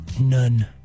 None